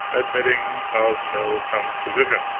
admitting of no composition.